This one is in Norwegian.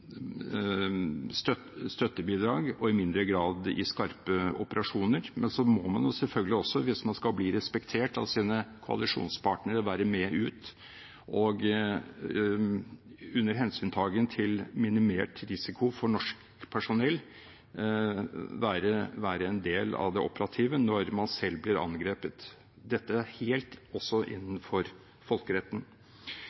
og støttebidrag og i mindre grad om skarpe operasjoner, må man selvfølgelig, hvis man skal bli respektert av sine koalisjonspartnere, være med ut og – under hensyntagen til minimert risiko for norsk personell – være en del av det operative når man selv blir angrepet. Dette er også helt